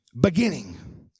beginning